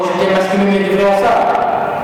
או שאתם מסכימים לדברי השר.